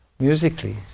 musically